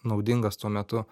naudingas tuo metu